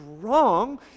wrong